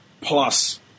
plus